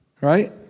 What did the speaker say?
Right